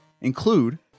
include